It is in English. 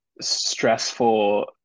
stressful